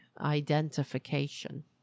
identification